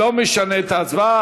לא משנה את ההצבעה.